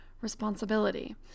responsibility